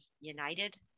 united